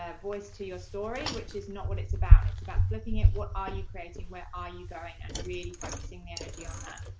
voice to your story, which is not what it's about. it's about flipping it. what are you creating? where are you going? and really focusing the energy on that,